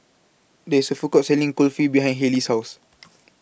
There IS A Food Court Selling Kulfi behind Hayley's House